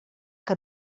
que